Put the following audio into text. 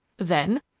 then,